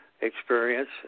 experience